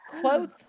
quote